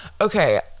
Okay